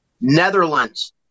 Netherlands